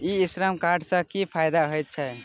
ई श्रम कार्ड सँ की फायदा होइत अछि?